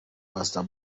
pastor